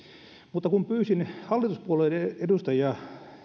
mutta kun pyysin hallituspuolueiden edustajia